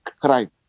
crime